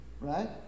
right